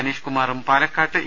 അനീഷ്കുമാറും പാലക്കാട്ട് ഇ